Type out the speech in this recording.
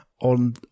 on